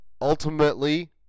ultimately